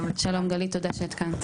שלום גלית תודה שאת כאן.